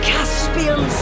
Caspian